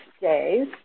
days